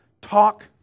talk